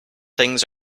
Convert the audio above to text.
things